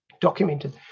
documented